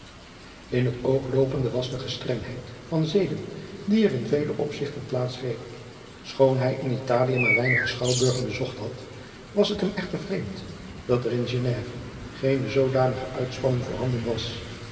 in het oog loopende was de gestrengheid van zeden die er in vele opzigten plaats greep schoon hij in italie maar weinige schouwburgen bezocht had was het hem echter vreemd dat er in geneve geene zoodanige uitspanning voorhanden was